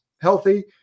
healthy